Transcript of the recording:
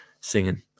singing